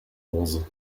onze